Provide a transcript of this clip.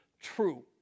true